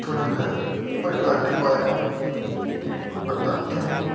थोड़ा घर परिवार के बारे में बताते हों